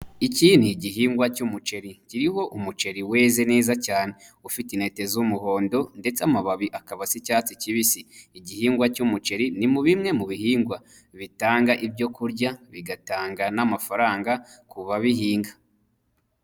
Iki ni igihingwa cy'umuceri. Kiriho umuceri weze neza cyane, ufite intete z'umuhondo, ndetse amababi akaba asa icyatsi kibisi. Igihingwa cy'umuceri ni bimwe mu bihingwa, bitanga ibyo kurya, bigatanga n'amafaranga kubabihinga.